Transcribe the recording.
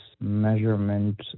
measurement